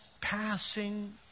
passing